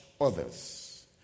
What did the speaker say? others